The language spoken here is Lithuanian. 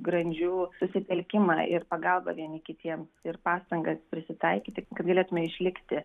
grandžių susitelkimą ir pagalbą vieni kitiems ir pastangas prisitaikyti kad galėtume išlikti